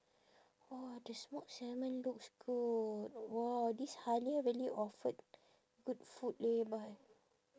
!wah! the smoked salmon looks good !wah! this Halia really offered good food leh but